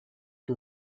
que